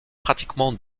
pratiquement